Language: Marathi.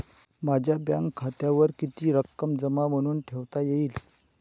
माझ्या बँक खात्यावर किती रक्कम जमा म्हणून ठेवता येईल?